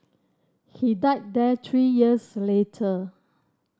he died there three years later